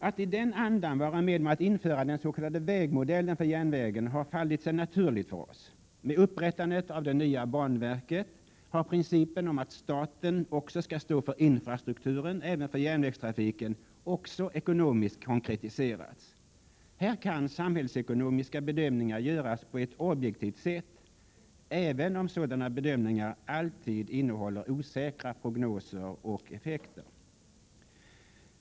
Att i den andan vara med om att införa den s.k. vägmodellen för järnvägen har fallit sig naturligt för oss. Med inrättandet av det nya banverket har principen om att staten skall stå för infrastrukturen även för järnvägstrafiken också ekonomiskt konkretise rats. Här kan samhällsekonomiska bedömningar göras på ett objektivt sätt, även om sådana bedömningar alltid innehåller osäkra prognoser och effekter.